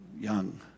young